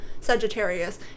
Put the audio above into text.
Sagittarius